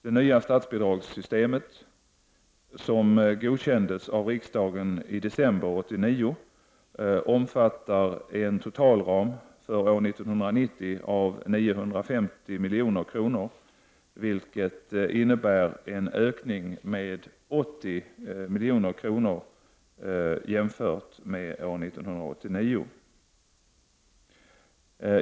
Det nya statsbidragssystemet som godkändes av riksdagen i december 1989 omfattar en totalram för år 1990 av 950 milj.kr., vilket innebär en ökning med 80 milj.kr. jämfört med år 1989.